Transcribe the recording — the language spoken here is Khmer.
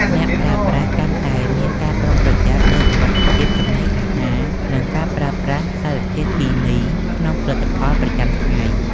អ្នកប្រើប្រាស់កាន់តែមានការប្រុងប្រយ័ត្នលើ "សុវត្ថិភាពចំណីអាហារ" និងការប្រើប្រាស់សារធាតុគីមីក្នុងផលិតផលប្រចាំថ្ងៃ។